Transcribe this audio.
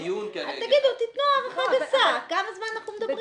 תנו הערכה גסה על כמה זמן אנחנו מדברים.